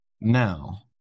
Now